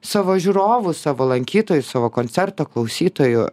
savo žiūrovų savo lankytojų savo koncerto klausytojų